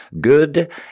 Good